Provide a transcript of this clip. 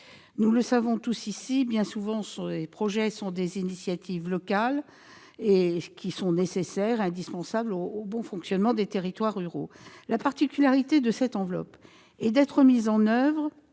Nous le savons tous ici, bien souvent ces projets et ces initiatives locales sont nécessaires, voire indispensables au bon fonctionnement de nos territoires ruraux. La particularité de cette enveloppe est d'être mise en oeuvre